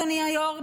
אדוני היו"ר,